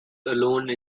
alone